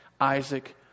Isaac